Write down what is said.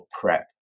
PrEP